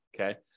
Okay